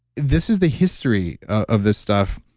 this is the history of this stuff,